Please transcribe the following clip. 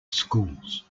schools